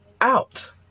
out